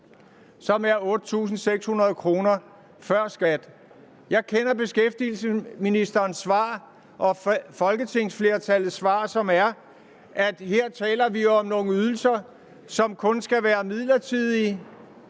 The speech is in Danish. som er på 8.600 kr. før skat. Jeg kender beskæftigelsesministerens svar og folketingsflertallets svar, som er, at vi her taler om nogle ydelser, som kun skal være midlertidige.